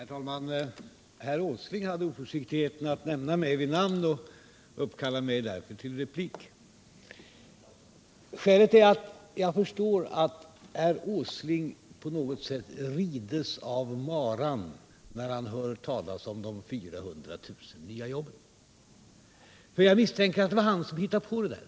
Herr talman! Herr Åsling hade oförsiktigheten att nämna mig vid namn och uppkallade mig därför till replik. Jag förstår att herr Åsling på något sätt rides av maran när han hör talas om de 400 000 nya jobben. Jag misstänker nämligen att det var han som hittade på det där.